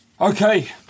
Okay